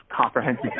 comprehensive